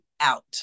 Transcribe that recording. out